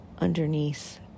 underneath